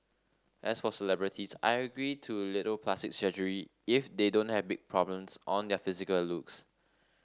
as for celebrities I agree to little plastic surgery if they don't have big problems on their physical looks